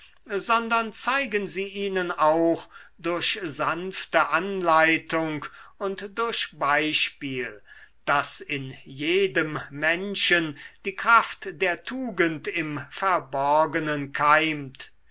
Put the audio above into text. sondern zeigen sie ihnen auch durch sanfte anleitung und durch beispiel daß in jedem menschen die kraft der tugend im verborgenen keimt